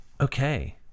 okay